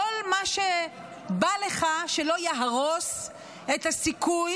כל מה שבא לך שלא יהרוס את הסיכוי